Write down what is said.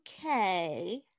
okay